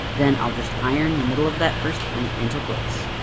then i'll just iron the middle of that first pleat into place.